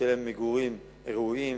ושיהיו להם מגורים ראויים,